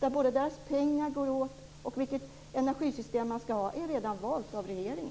där deras pengar bara går åt. Dessutom är valet av energisystem redan gjort, av regeringen.